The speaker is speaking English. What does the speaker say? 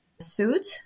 suit